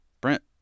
Brent